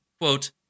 Quote